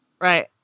Right